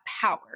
power